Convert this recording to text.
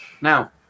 Now